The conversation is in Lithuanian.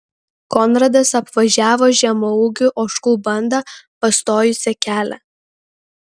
konradas apvažiavo žemaūgių ožkų bandą pastojusią kelią